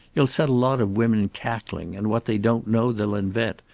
you'll set a lot of women cackling, and what they don't know they'll invent.